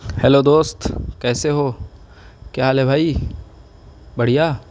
hello دوست کیسے ہو کیا حال ہے بھائی بڑھیا